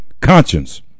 conscience